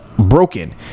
broken